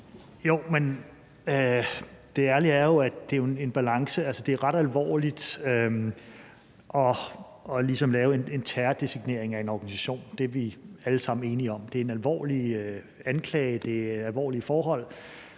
Kofod): Det ærlige svar er jo, at det er en balancegang. Altså, det er ret alvorligt at terrordesignere en organisation – det er vi alle sammen enige om. Det er en alvorlig anklage, det er alvorlige forhold,